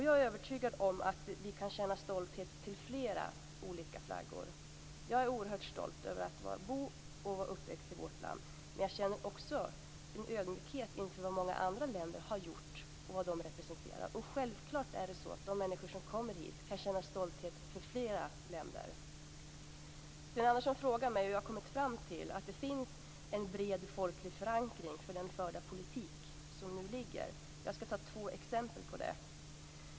Jag är övertygad om att vi kan känna stolthet inför flera olika flaggor. Jag är oerhört stolt över att bo och vara uppvuxen i vårt land, men jag känner också en ödmjukhet inför vad många andra länder har gjort och vad de representerar. Självklart är det så att de människor som kommer hit kan känna stolthet inför flera länder. Sten Andersson frågar mig hur jag har kommit fram till att det finns en bred folklig förankring för den förda politiken. Jag skall ta två exempel på det.